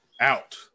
Out